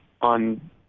on